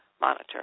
monitor